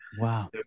Wow